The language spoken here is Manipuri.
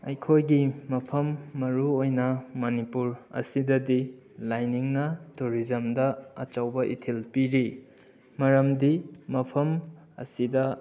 ꯑꯩꯈꯣꯏꯒꯤ ꯃꯐꯝ ꯃꯔꯨꯑꯣꯏꯅ ꯃꯅꯤꯄꯨꯔ ꯑꯁꯤꯗꯗꯤ ꯂꯥꯏꯅꯤꯡꯅ ꯇꯨꯔꯤꯖꯝꯗ ꯑꯆꯧꯕ ꯏꯊꯤꯜ ꯄꯤꯔꯤ ꯃꯔꯝꯗꯤ ꯃꯐꯝ ꯑꯁꯤꯗ